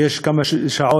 ויש כמה שעות,